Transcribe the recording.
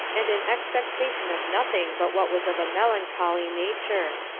and in expectation of nothing but what was of a melancholy nature.